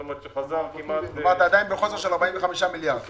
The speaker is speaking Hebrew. כלומר זה עדיין בחוסר של 45 מיליארד שקל.